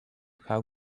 how